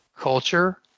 culture